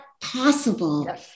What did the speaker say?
possible